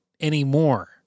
anymore